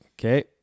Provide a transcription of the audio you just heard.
Okay